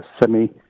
semi